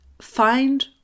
find